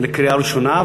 בקריאה ראשונה,